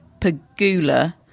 Pagula